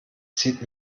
zieht